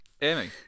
amy